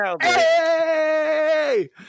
Hey